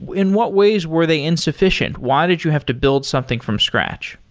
in what ways were they insufficient? why did you have to build something from scratch?